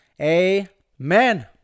Amen